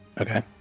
Okay